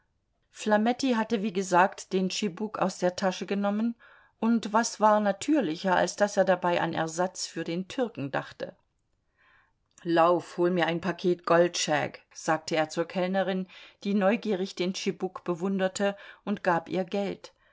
flametti hatte wie gesagt den tschibuk aus der tasche genommen und was war natürlicher als daß er dabei an ersatz für den türken dachte lauf hol mir ein paket goldshag sagte er zur kellnerin die neugierig den tschibuk bewunderte und gab ihr geld